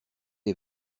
des